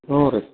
ಹ್ಞೂ ರೀ